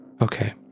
Okay